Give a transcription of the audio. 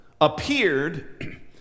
appeared